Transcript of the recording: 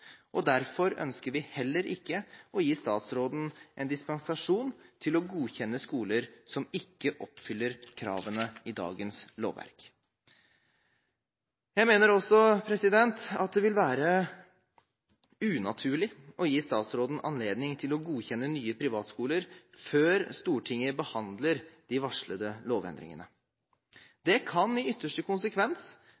og derfor ønsker vi heller ikke å gi statsråden en dispensasjon til å godkjenne skoler som ikke oppfyller kravene i dagens lovverk. Jeg mener også at det vil være unaturlig å gi statsråden anledning til å godkjenne nye privatskoler før Stortinget behandler de varslede lovendringene.